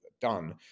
done